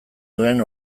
duen